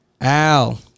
Al